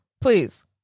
Please